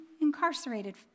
incarcerated